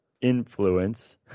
influence